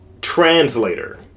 translator